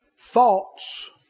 Thoughts